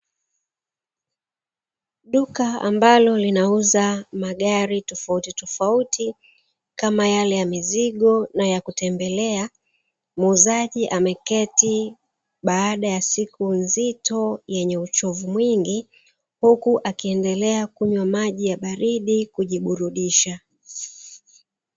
Duka ambalo linauza magari tofauti tofauti kama yale ya mizigo na ya kutembelea. Muuzaji ameketi baada ya siku nzito yenye uchovu mwingi, huku akiendelea kunywa maji ya baridi kujiburudisha.